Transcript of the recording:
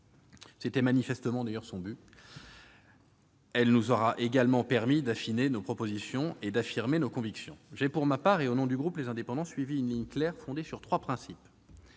C'était manifestement, d'ailleurs, le but de ses auteurs ! Elle nous aura également permis d'affiner nos propositions et d'affirmer nos convictions. J'ai, pour ma part, et au nom du groupe Les Indépendants, suivi une ligne claire fondée sur trois principes.